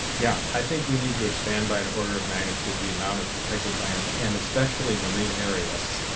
yeah i think we need to expand by an order of magnitude the amount of protected lands and especially marine areas.